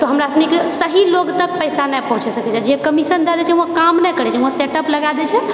तऽ हमरा सनिके सहि लोग तक पैसा नहि पहुँचे सकैछे जे कमीशन दय दे छै वहाँ काम नहि करैछे वहाँ सेट अप लगा देइछेै